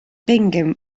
bingham